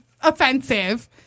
offensive